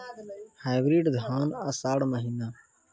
Hybrid धान आषाढ़ महीना?